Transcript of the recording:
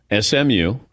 SMU